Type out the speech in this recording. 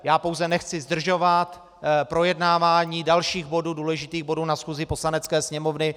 Já pouze nechci zdržovat projednávání dalších důležitých bodů na schůzi Poslanecké sněmovny.